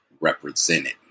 represented